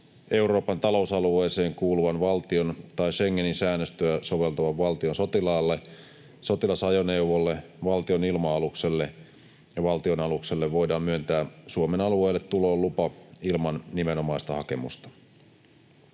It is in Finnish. Euroopan talousalueeseen kuuluvan valtion tai Schengenin säännöstöä soveltavan valtion sotilaalle, sotilasajoneuvolle, valtionilma-alukselle ja valtionalukselle voidaan myöntää Suomen alueelle tulolupa ilman nimenomaista hakemusta.